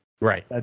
Right